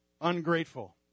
ungrateful